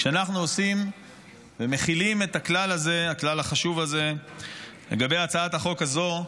כשאנחנו מחילים את הכלל החשוב הזה על הצעת החוק הזאת,